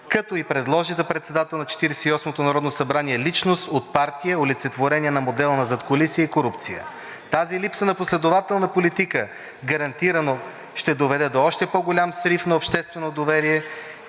както и предложи за председател на Четиридесет и осмото народно събрание личност от партията – олицетворение на модела на задкулисие и корупция. Тази липса на последователна политика гарантирано ще доведе до още по-голям срив на общественото доверие